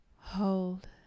Hold